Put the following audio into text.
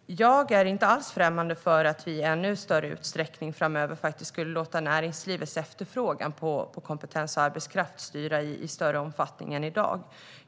Herr talman! Jag är inte alls främmande för att vi framöver ska låta näringslivets efterfrågan på kompetens och arbetskraft styra i större omfattning än i dag.